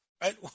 Right